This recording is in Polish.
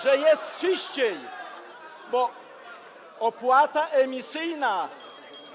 że jest czyściej, bo opłata emisyjna.